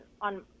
on